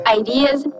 ideas